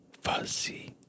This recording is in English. Fuzzy